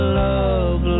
love